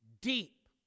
deep